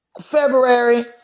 February